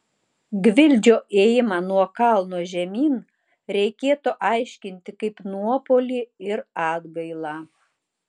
gvildžio ėjimą nuo kalno žemyn reikėtų aiškinti kaip nuopuolį ir atgailą